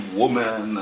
woman